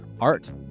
art